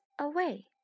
away